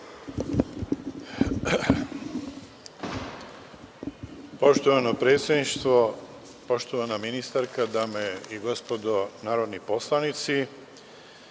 Poštovani predsedavajući, poštovana ministarko, dame i gospodo narodni poslanici,